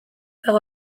dago